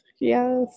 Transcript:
Yes